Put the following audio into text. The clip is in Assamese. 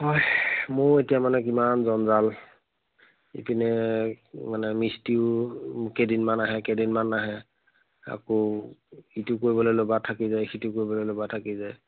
হয় মোৰো এতিয়া মানে কিমান জঞ্জাল ইপিনে মানে মিষ্টিও কেইদিনমান আহে কেইদিনমান নাহে আকৌ ইটো কৰিবলে ল'বা থাকি যায় সিটো কৰিবলৈ ল'বা থাকি যায়